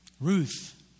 Ruth